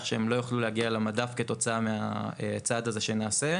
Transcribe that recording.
שהם לא יוכלו להגיע למדף כתוצאה מהצעד הזה שנעשה.